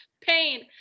Pain